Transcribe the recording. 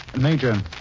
Major